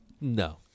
No